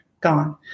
gone